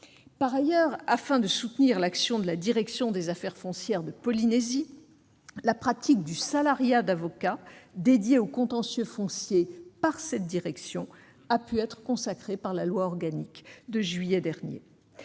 Par ailleurs, afin de soutenir l'action de la direction des affaires foncières de Polynésie, la pratique du salariat d'avocats dédiés au contentieux foncier par cette direction a pu être consacrée dans la loi organique de juillet dernier.